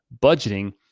budgeting